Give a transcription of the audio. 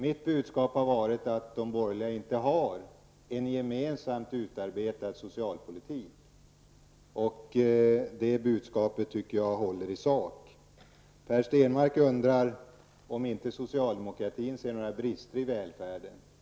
Mitt budskap har varit att de borgerliga inte har en gemensamt utarbetad socialpolitik, och jag anser att det budskapet håller i sak. Per Stenmarck undrar om inte socialdemokraterna ser några brister i välfärden.